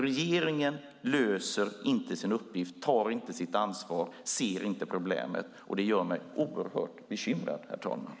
Regeringen löser inte sin uppgift, tar inte sitt ansvar och ser inte problemet. Det gör mig oerhört bekymrad, herr talman.